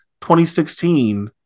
2016